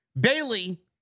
Bailey